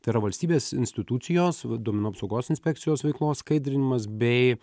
tai yra valstybės institucijos v duomenų apsaugos inspekcijos veiklos skaidrinimas bei